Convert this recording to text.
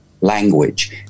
language